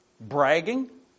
bragging